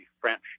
French